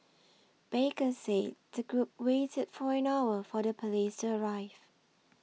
baker said the group waited for an hour for the police to arrive